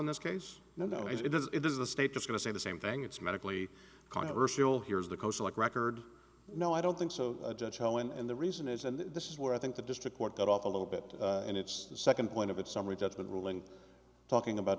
in this case no it is it is the state just going to say the same thing it's medically controversial here's the coast like record no i don't think so and the reason is and this is where i think the district court got off a little bit and it's the second point of its summary judgment ruling talking about